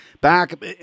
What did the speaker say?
back